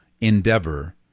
endeavor